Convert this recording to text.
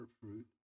fruit